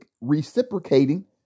reciprocating